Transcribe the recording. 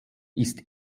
ist